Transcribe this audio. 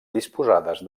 disposades